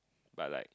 but like